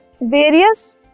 Various